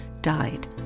died